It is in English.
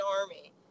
army